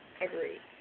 Agreed